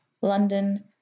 london